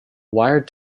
wired